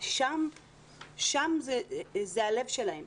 שם זה הלב שלהם